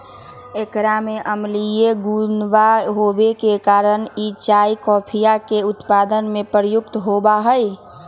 एकरा में अम्लीय गुणवा होवे के कारण ई चाय कॉफीया के उत्पादन में प्रयुक्त होवा हई